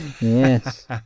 Yes